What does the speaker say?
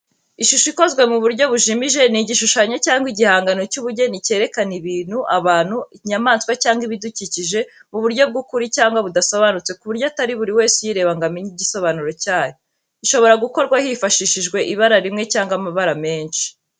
Ishusho ikoze mu buryo bujimije, ni igishushanyo cyangwa igihangano cy’ubugeni cyerekana ibintu, abantu, inyamaswa, cyangwa ibidukikije mu buryo bw’ukuri cyangwa budasobanutse ku buryo atari buri wese uyireba ngo amenye igisobanuro cyayo. Ishobora gukorwa hifashishijwe ibara rimwe cyangwa amabara menshi.